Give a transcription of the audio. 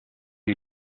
you